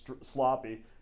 sloppy